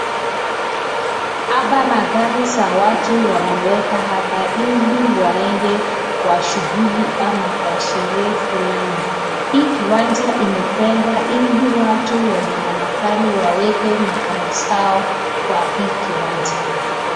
Hapa magari za watu wameweka hapa ili waende kwa shughuli ama kwa sherehe fulani. Hii kiwanja imetegwa ili watu wenye wa magari waweke magari zao kwa hii kiwanja.